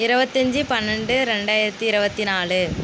இருபத்தஞ்சி பன்னெண்டு ரெண்டாயிரத்தி இருபத்தி நாலு